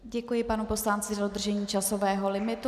Děkuji panu poslanci za dodržení časového limitu.